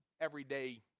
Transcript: everyday